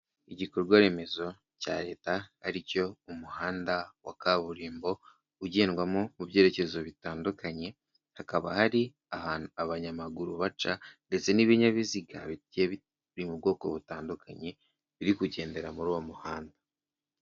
Igikorwa remezo cya leta aricyo umuhanda wa kaburimbo ugendwamo mu byerekezo bitandukanye. Hakaba hari ahantu abanyamaguru baca ndetse n'ibinyabiziga biri mu bwoko butandukanye biri kugendera muri uwo muhanda.